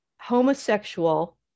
homosexual